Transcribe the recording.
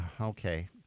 okay